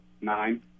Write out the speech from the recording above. nine